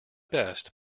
best